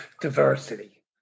diversity